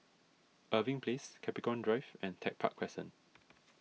Irving Place Capricorn Drive and Tech Park Crescent